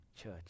church